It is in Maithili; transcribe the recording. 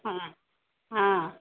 हँ हँ